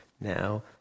Now